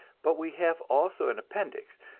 but we have also an appendix,